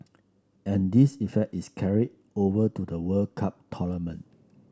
and this effect is carried over to the World Cup tournament